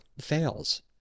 fails